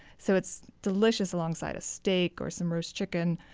so it's delicious alongside a steak or some roast chicken